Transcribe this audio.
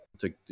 take